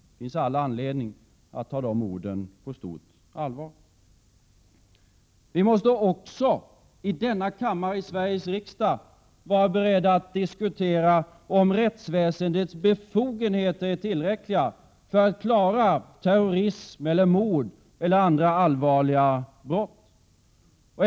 Det finns all anledning att ta de orden på stort allvar. Vi i Sveriges riksdag måste också vara beredda att diskutera om rättsväsendets befogenheter är tillräckliga för att klara terrorism, mord eller andra allvarliga brott.